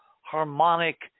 harmonic